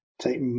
take